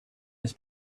his